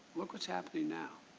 look what's happening now.